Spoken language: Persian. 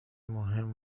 مهم